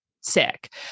sick